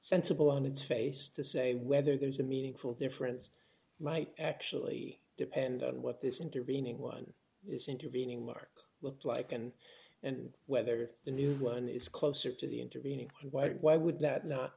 sensible on its face to say whether there's a meaningful difference might actually depend on what this intervening one is intervening mark looked like and and whether the new one is closer to the intervening white why would that not